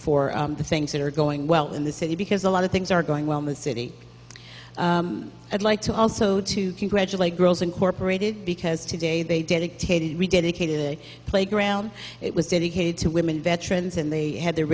for the things that are going well in the city because a lot of things are going well in the city i'd like to also to congratulate girls incorporated because today they dedicated rededicated a playground it was dedicated to women veterans and they had the